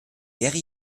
wäre